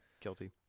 Guilty